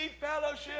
fellowship